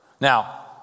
Now